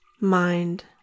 mind